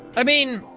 i mean,